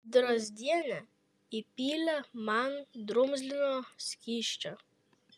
drazdienė įpylė man drumzlino skysčio